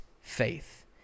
faith